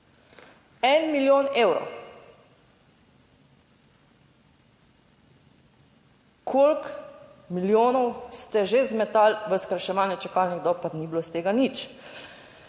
en milijon evrov. Koliko milijonov ste že zmetali v skrajševanje čakalnih dob, pa ni bilo iz tega nič.